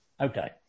Okay